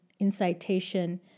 incitation